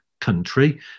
country